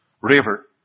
river